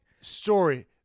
story